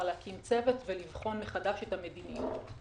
להקים צוות ולבחון מחדש את המדיניות.